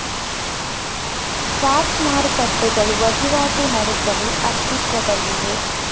spot ಮಾರುಕಟ್ಟೆಗಳು ವಹಿವಾಟು ನಡೆಸಲು ಅಸ್ತಿತ್ವದಲ್ಲಿವೆ